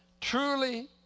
Truly